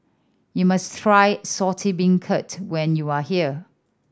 you must try Saltish Beancurd when you are here